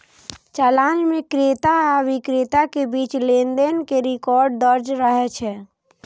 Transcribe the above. चालान मे क्रेता आ बिक्रेता के बीच लेनदेन के रिकॉर्ड दर्ज रहै छै